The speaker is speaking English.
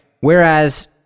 Whereas